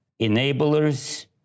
enablers